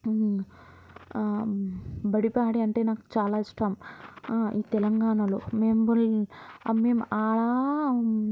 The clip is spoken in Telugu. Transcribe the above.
బడిపాడి అంటే నాకు చాలా ఇష్టం తెలంగాణలో మేం కూడా మేం అక్కడా